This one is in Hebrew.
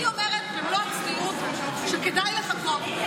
אני אומרת במלוא הצניעות שכדאי לחכות,